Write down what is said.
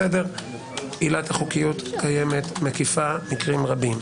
עילת החוקיות קיימת, מקיפה מקרים רבים.